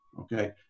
okay